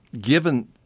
given